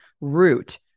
root